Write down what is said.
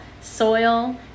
soil